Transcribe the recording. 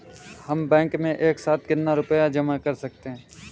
हम बैंक में एक साथ कितना रुपया जमा कर सकते हैं?